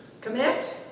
Commit